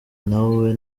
nawe